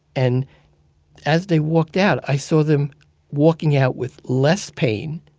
and as they walked out, i saw them walking out with less pain,